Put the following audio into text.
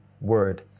word